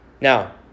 Now